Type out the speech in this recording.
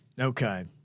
Okay